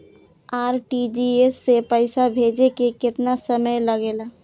RTGS से पैसा भेजे में केतना समय लगे ला?